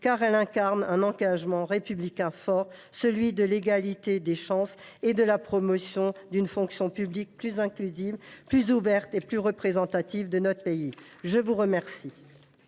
car elle traduit des engagements républicains forts : l’égalité des chances et la promotion d’une fonction publique plus inclusive, plus ouverte et plus représentative de notre pays. La parole